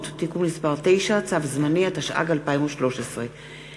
ברשות יושב-ראש הכנסת, הנני מתכבדת להודיעכם, כי